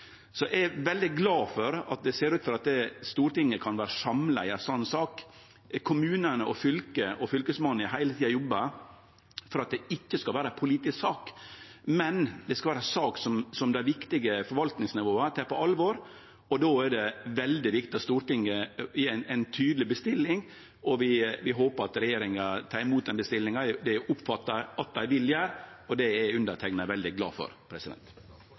at Stortinget kan vere samla i ei slik sak. Kommunane, fylket og Fylkesmannen har heile tida jobba for at det ikkje skal vere ei politisk sak. Det skal vere ei sak som dei viktige forvaltningsnivåa tek på alvor, og då er det veldig viktig at Stortinget gjev ei tydeleg bestilling. Vi håpar at regjeringa tek imot den bestillinga. Det oppfattar eg at dei vil gjere, og det er underteikna veldig glad for.